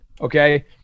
Okay